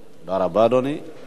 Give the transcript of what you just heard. תודה רבה, אדוני.